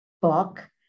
book